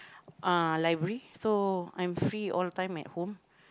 uh library so I'm free all the time at home